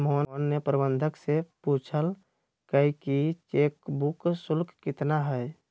मोहन ने प्रबंधक से पूछल कई कि चेक बुक शुल्क कितना हई?